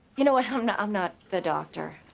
you know what? i'm not i'm not the doctor.